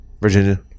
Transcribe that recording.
Virginia